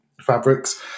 fabrics